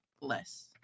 less